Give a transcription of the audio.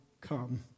come